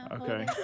Okay